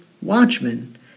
watchmen